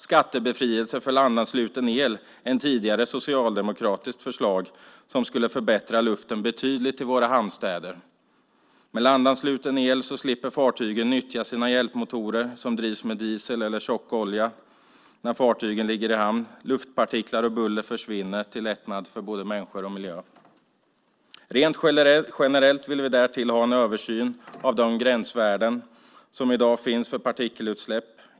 Skattebefrielse för landansluten el är ett tidigare socialdemokratiskt förslag som skulle förbättra luften betydligt i våra hamnstäder. Med land-ansluten el slipper fartygen nyttja sina hjälpmotorer som drivs med diesel eller tjockolja när fartygen ligger i hamn. Luftpartiklar och buller försvinner till lättnad för både människor och miljö. Rent generellt vill vi därtill ha en översyn av de gränsvärden som i dag finns för partikelutsläpp.